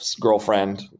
girlfriend